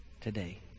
today